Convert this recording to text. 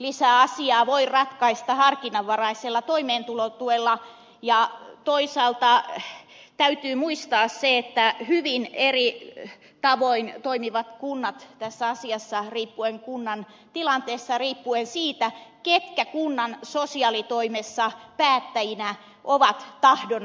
ei lapsilisäasiaa voi ratkaista harkinnanvaraisella toimeentulotuella ja toisaalta täytyy muistaa se että kunnat toimivat hyvin eri tavoin tässä asiassa riippuen kunnan tilanteesta ja riippuen siitä ketkä kunnan sosiaalitoimessa ovat päättäjinä tahdon asialla